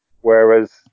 Whereas